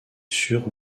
sur